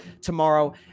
tomorrow